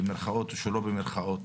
במירכאות או שלא במירכאות,